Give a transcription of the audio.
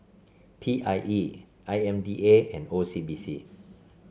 P I E I M D A and O C B C